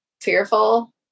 fearful